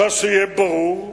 שיהיה ברור,